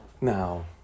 Now